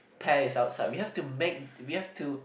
pace ourselves we have to make we have to